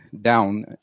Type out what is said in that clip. down